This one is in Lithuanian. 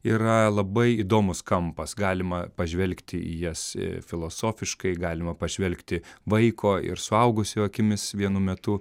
yra labai įdomus kampas galima pažvelgti į jas filosofiškai galima pažvelgti vaiko ir suaugusiojo akimis vienu metu